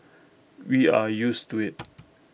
we are used to IT